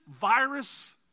virus